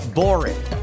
boring